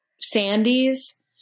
Sandy's